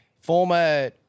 Former